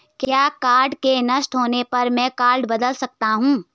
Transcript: क्या कार्ड के नष्ट होने पर में कार्ड बदलवा सकती हूँ?